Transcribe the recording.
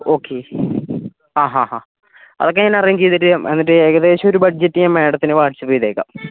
okay ആ ഹാ ഹാ അതൊക്കെ ഞാൻ അറേഞ്ച് ചെയ്തിട്ട് എന്നിട്ട് ഏകദേശം ഒരു ബഡ്ജറ്റ് ഞാൻ മേഡത്തിന് വാട്സ്ആപ്പ് ചെയ്തേക്കാം